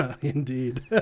Indeed